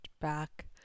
back